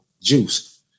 Juice